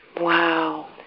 Wow